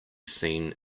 seen